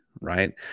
right